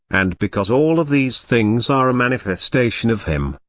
and because all of these things are a manifestation of him.